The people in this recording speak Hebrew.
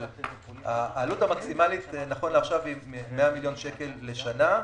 אבל העלות המקסימלית נכון לעכשיו היא 100 מיליון שקל לשנה.